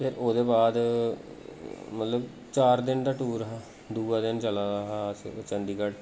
ते ओह्दे बाद मतलब चार दिन दा टूर हा दूआ दिन चला दा हा अस चंदीगढ़